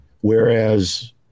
whereas